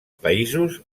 països